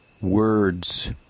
words